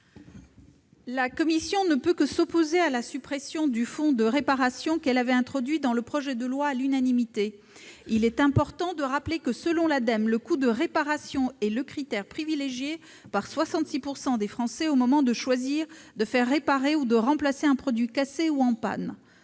La commission ne peut que s'opposer à la suppression du fonds de réparation, qu'elle avait introduit dans le projet de loi à l'unanimité. Il est important de rappeler que, selon l'Ademe, le coût de réparation est le critère privilégié par 66 % des Français au moment de choisir de faire réparer ou de remplacer un produit cassé ou en panne.